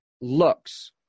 looks